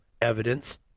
evidence